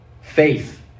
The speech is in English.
faith